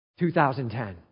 2010